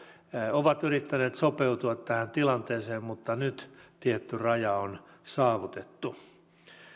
ovat yrittäneet sopeutua tähän tilanteeseen mutta nyt tietty raja on saavutettu